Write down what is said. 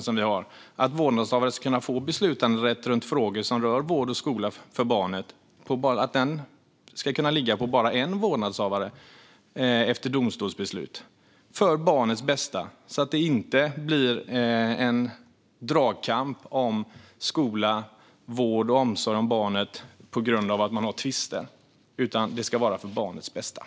Vi föreslår att vårdnadshavares beslutanderätt i frågor som rör vård och skola för barnet ska kunna ligga på bara en vårdnadshavare efter domstolsbeslut. Det är för barnets bästa. Det ska inte bli en dragkamp om skola, vård och omsorg om barnet på grund av att man har tvister.